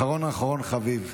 אחרון אחרון חביב.